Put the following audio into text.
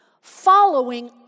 Following